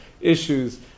issues